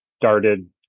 started